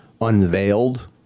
unveiled